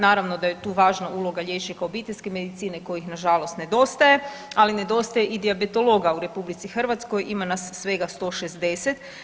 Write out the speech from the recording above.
Naravno da je tu važna uloga liječnika obiteljske medicine kojih nažalost nedostaje, ali nedostaje i dijabetologa u RH, ima nas svega 160.